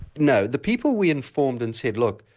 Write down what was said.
no, the people we informed and said look,